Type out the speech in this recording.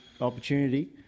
opportunity